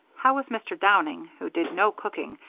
how was mr. downing, who did no cooking,